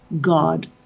God